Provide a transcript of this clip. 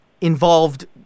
involved